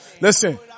Listen